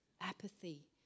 Apathy